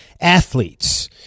athletes